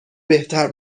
بهتر